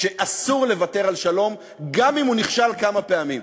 שאסור לוותר על שלום גם אם הוא נכשל כמה פעמים.